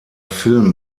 film